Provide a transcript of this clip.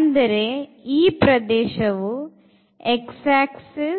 ಅಂದರೆ ಈ ಪ್ರದೇಶವು x axis